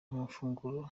amafunguro